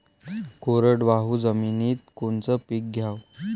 कोरडवाहू जमिनीत कोनचं पीक घ्याव?